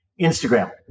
Instagram